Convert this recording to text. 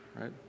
Right